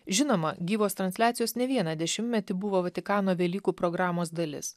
žinoma gyvos transliacijos ne vieną dešimtmetį buvo vatikano velykų programos dalis